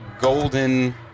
golden